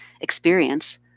experience